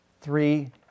Three